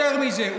יותר מזה,